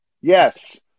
Yes